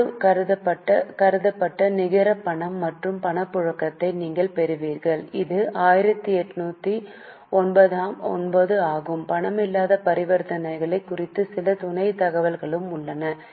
நாடு கடத்தப்பட்ட நிகர பணம் மற்றும் பணப்புழக்கத்தை நீங்கள் பெறுகிறீர்கள் இது 1809 ஆகும் பணமல்லாத பரிவர்த்தனைகள் குறித்த சில துணை தகவல்களும் உள்ளன